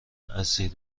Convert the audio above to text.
اسیر